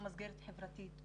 הוא מסגרת חברתית,